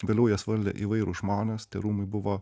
vėliau juos valdė įvairūs žmonės tie rūmai buvo